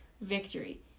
victory